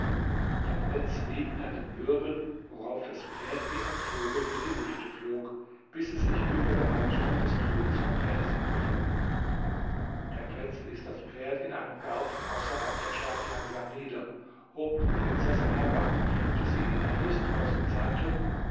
der prinz rieb dann den wirbel worauf das pferd wie ein vogel durch die lüfte flog bis sie sich über der hauptstadt des königs von persien befanden der prinz ließ das pferd in einem garten außerhalb der stadt langsam nieder hob die prinzessin herab und führte sie in ein lusthaus und sagte